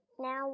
now